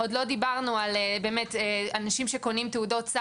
-- רק עמלות המרת מט"ח.